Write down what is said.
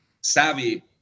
savvy